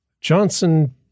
Johnson